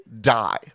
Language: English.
die